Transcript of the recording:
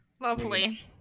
lovely